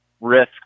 risk